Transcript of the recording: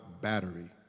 battery